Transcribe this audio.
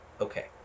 Okay